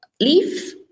leaf